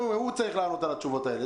הוא צריך לענות על התשובות האלה.